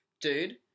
dude